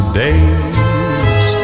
days